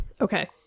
Okay